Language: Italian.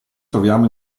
troviamo